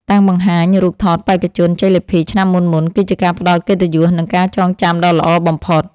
តាំងបង្ហាញរូបថតបេក្ខជនជ័យលាភីឆ្នាំមុនៗគឺជាការផ្ដល់កិត្តិយស និង ការចងចាំដ៏ល្អបំផុត។